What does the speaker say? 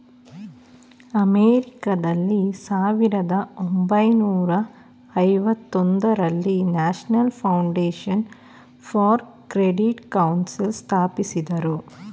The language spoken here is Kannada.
ಅಮೆರಿಕಾದಲ್ಲಿ ಸಾವಿರದ ಒಂಬೈನೂರ ಐವತೊಂದರಲ್ಲಿ national foundation for credit council ಸ್ಥಾಪಿಸಿದರು